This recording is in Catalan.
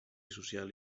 social